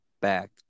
back